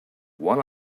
one